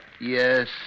Yes